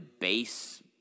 base